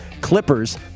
Clippers